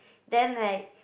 then like